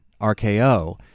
RKO